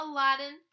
Aladdin